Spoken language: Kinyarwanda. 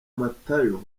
matayo